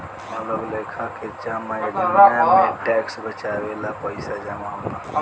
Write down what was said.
अलग लेखा के जमा योजना में टैक्स बचावे ला पईसा जमा होला